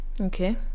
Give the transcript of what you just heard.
Okay